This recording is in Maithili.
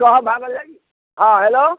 कहाँ भागल जाइत छी हँ हेलो